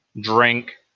drink